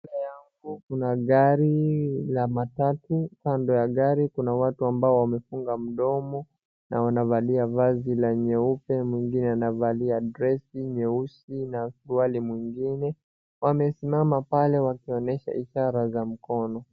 Mbele yangu kuna gari la matatu. Kando ya gari kuna watu ambao wamefunga mdomo na wanavaliwa vazi ya nyeupe. Mwingine anavalia dress nyeusi na suruali mwingine. Wamesimama pale wakionyesha ishara za mkono.